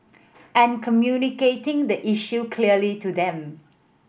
and communicating the issue clearly to them